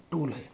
tool है